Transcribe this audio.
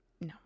No